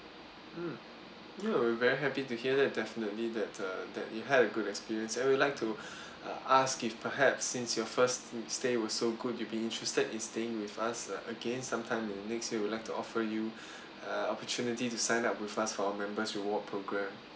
mm ya we very happy to hear that definitely that uh that you had a good experience I would like to uh ask if perhaps since your first stay was so good you be interested in staying with us uh again sometime in next year we'd like to offer you uh opportunity to sign up with us for our members reward program